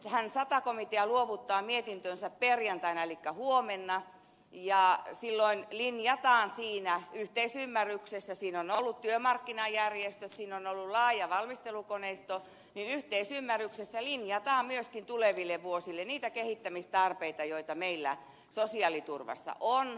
nythän sata komitea luovuttaa mietintönsä perjantaina elikkä huomenna ja silloin siinä linjataan yhteisymmärryksessä siinä ovat olleet työmarkkinajärjestöt siinä on ollut laaja valmistelukoneisto myöskin tuleville vuosille niitä kehittämistarpeita joita meillä sosiaaliturvassa on